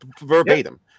verbatim